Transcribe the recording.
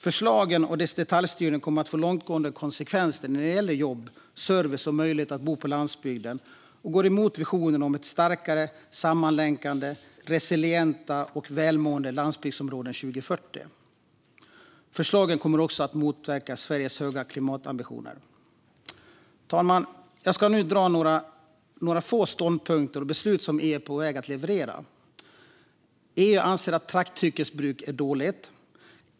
Förslagen och deras detaljstyrning kommer att få långtgående konsekvenser när det gäller jobb, service och möjligheten att bo på landsbygden och går emot visionen om starkare, sammanlänkade, resilienta och välmående landsbygdsområden 2040. Förslagen kommer också att motverka Sveriges höga klimatambitioner. Fru talman! Jag ska nu nämna några få ståndpunkter och beslut som EU är på väg att leverera. EU anser att trakthyggesbruk är dåligt.